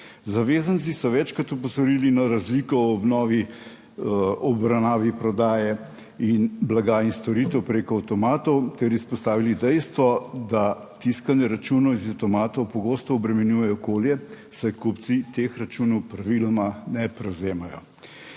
Zavezanci so večkrat opozorili na razliko v obravnavi prodaje blaga in storitev preko avtomatov ter izpostavili dejstvo, da tiskanje računov iz avtomatov pogosto obremenjuje okolje, saj kupci teh računov praviloma ne prevzemajo.